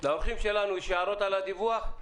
לאורחים שלנו יש הערות על הדיווח?